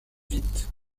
vite